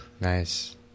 Nice